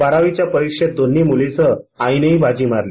बारावीच्या परीक्षेत दोन्ही मुलींसह आईनेही बाजी मारली